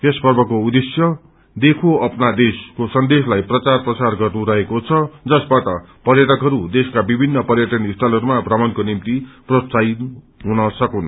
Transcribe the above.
यस पर्वको उद्देश्य देखो अपना देशको सन्देशलाई प्रचार प्रसार गर्नु रहेको छ जसबाट पर्यटकहरू देशका विभिन्न पर्यटन स्थलहरूमा प्रमणको निम्ति प्रोत्सोहित हुन सकून्